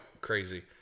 crazy